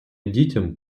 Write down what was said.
дітям